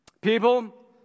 people